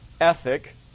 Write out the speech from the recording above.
ethic